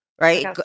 right